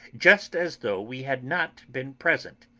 just as though we had not been present.